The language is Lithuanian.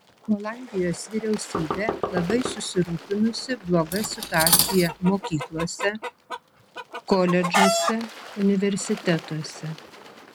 olandijos vyriausybė labai susirūpinusi bloga situacija mokyklose koledžuose universitetuose